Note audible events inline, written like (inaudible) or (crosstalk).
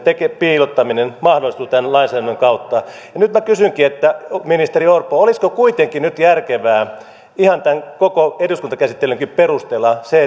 piilottamisen nämä mahdollistuvat tämän lainsäädännön kautta nyt minä kysynkin ministeri orpo olisiko kuitenkin nyt järkevää ihan tämän koko eduskuntakäsittelynkin perusteella se (unintelligible)